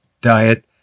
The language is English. diet